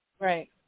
right